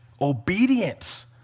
obedience